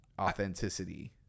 authenticity